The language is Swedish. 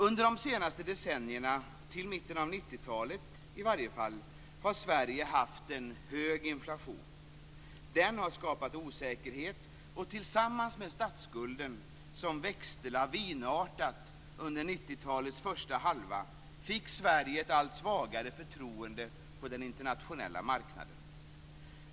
Under de senaste decennierna, till mitten av 90-talet i varje fall, har Sverige haft en hög inflation. Den har skapat osäkerhet, och tillsammans med statsskulden som växte lavinartat under 90-talets första halva fick Sverige ett allt svagare förtroende på den internationella marknaden.